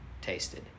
tasted